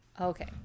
Okay